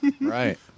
Right